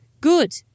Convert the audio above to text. good